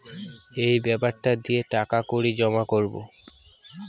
এই বেপারটা দিয়ে টাকা কড়ি জমা করাবো